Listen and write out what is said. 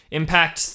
impact